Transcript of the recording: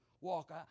walk